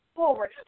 forward